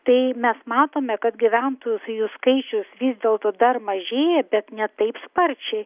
tai mes matome kad gyventos jų skaičius vis dėlto dar mažėja bet ne taip sparčiai